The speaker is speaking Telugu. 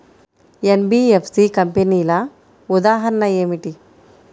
ఎన్.బీ.ఎఫ్.సి కంపెనీల ఉదాహరణ ఏమిటి?